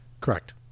Correct